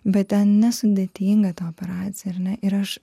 bet ten nesudėtinga ta operacija ar ne ir aš